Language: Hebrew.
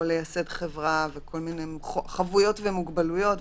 לייסד חברה וכל מיני חבויות ומוגבלויות.